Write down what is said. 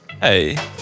Hey